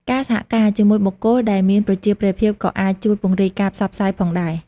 ការសហការជាមួយបុគ្គលដែលមានប្រជាប្រិយក៏អាចជួយពង្រីកការផ្សព្វផ្សាយផងដែរ។